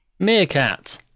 Meerkat